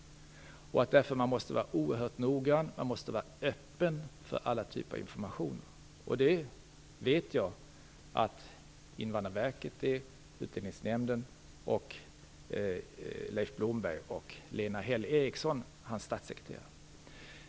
Man måste därför vara oerhört noggrann och öppen för alla typer av information. Det vet jag att Invandrarverket och Utlänningsnämnden är, liksom även Leif Blomberg och hans statssekreterare Lena Häll Eriksson.